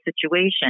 situation